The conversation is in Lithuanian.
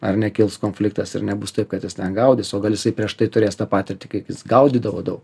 ar nekils konfliktas ir nebus taip kad jis ten gaudys o jisai prieš tai turės tą patirtį kiek jis gaudydavo daug